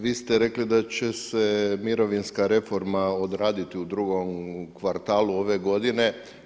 Vi ste rekli da će se mirovinska reforma odraditi u drugom kvartalu ove godine.